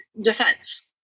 defense